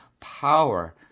power